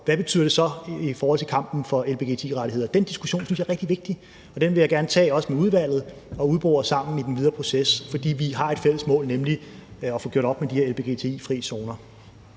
hvad betyder det så i forhold til kampen for lgbti-rettigheder? Den diskussion synes jeg er rigtig vigtig, og den vil jeg også gerne tage med udvalget og udbore sammen i den videre proces. For vi har et fælles mål, nemlig at få gjort op med de her lgbti-frie zoner.